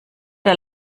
der